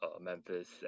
Memphis